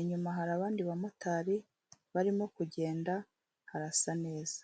inyuma hari abandi bamotari barimo kugenda harasa neza.